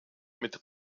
mit